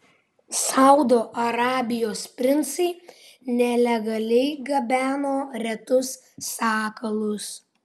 saudo arabijos princai nelegaliai gabeno retus sakalus